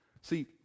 See